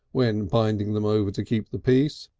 when binding them over to keep the peace,